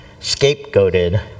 scapegoated